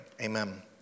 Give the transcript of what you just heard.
amen